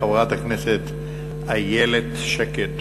חברת הכנסת איילת שקד.